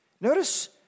Notice